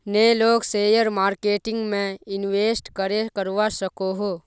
नय लोग share marketing में इंवेस्ट करे करवा सकोहो?